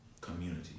community